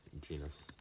genus